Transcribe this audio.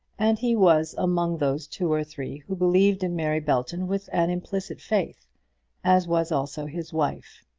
and he was among those two or three who believed in mary belton with an implicit faith as was also his wife.